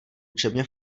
učebně